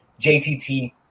JTT